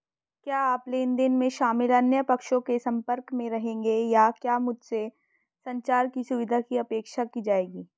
क्या आप लेन देन में शामिल अन्य पक्षों के संपर्क में रहेंगे या क्या मुझसे संचार की सुविधा की अपेक्षा की जाएगी?